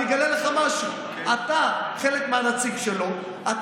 אני אגלה לך משהו: אתה חלק מהנציגים שלו.